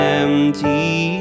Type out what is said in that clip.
empty